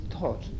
thought